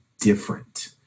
different